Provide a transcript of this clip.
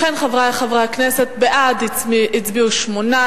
בעד, 8,